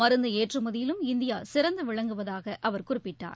மருந்து ஏற்றுமதியிலும் இந்தியா சிறந்து விளங்குவதாக அவர் குறிப்பிட்டார்